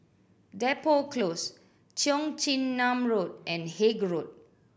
Depot Close Cheong Chin Nam Road and Haig Road